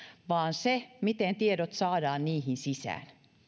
vaan se miten tiedot saadaan niihin sisään